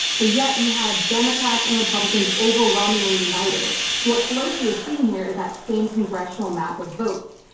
but yet you had democrats and republicans overwhelmingly united. so what pelosi is seeing here is that same congressional map of votes.